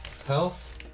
Health